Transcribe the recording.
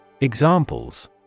Examples